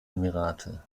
emirate